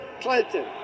Clinton